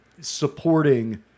supporting